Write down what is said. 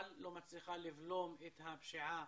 אבל לא מצליחה לבלום את הפשיעה